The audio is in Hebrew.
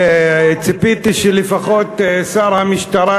ציפיתי שלפחות שר המשטרה,